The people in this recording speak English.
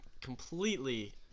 completely